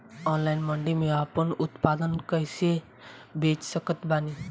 Online मंडी मे आपन उत्पादन कैसे बेच सकत बानी?